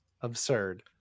absurd